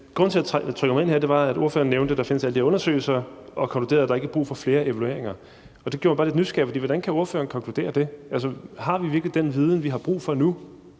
grunden til, jeg trykkede mig ind her, var, at ordføreren nævnte, at der findes alle de her undersøgelser, og konkluderede, at der ikke er brug for flere evalueringer. Det gjorde mig bare lidt nysgerrig, for hvordan kan ordføreren konkludere det? Altså, har vi virkelig den viden, vi har brug for nu